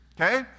okay